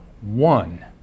one